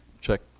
Check